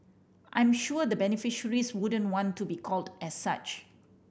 I'm sure the beneficiaries wouldn't want to be called as such